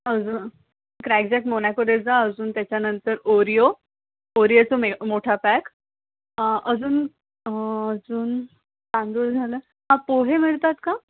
अजून Krackjack Monaco देजा अजून त्याच्यानंतर ओरिओ ओरिओचं मे मोठा पॅक अजून अजून तांदूळ झालं हां पोहे मिळतात का